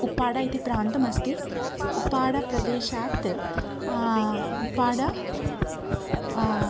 उप्पाडा इति प्रान्तमस्ति उप्पाडप्रदेशात् उप्पाडा